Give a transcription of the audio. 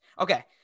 Okay